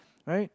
right